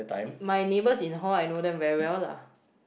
it my neighbours in hall I know them very well lah